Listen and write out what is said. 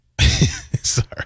sorry